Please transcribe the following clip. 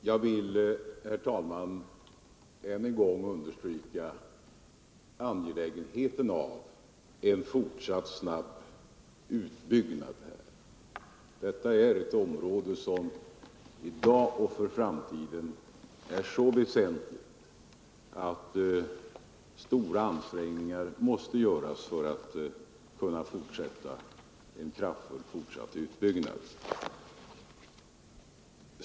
Herr talman! Jag vill ännu en gång understryka angelägenheten av en fortsatt snabb utbyggnad. Detta är ett område som i dag och för framtiden är så väsentligt att stora ansträngningar måste göras för en kraftfull fortsatt utbyggnad.